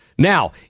Now